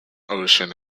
ocean